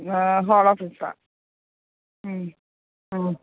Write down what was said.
hollow ബ്രിക്സാണ്